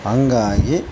ಹಂಗಾಗಿ